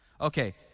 Okay